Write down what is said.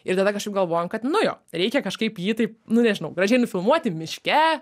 ir tada kažkaip galvojam kad nu jo reikia kažkaip jį taip nu nežinau gražiai nufilmuoti miške